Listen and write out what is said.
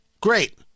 great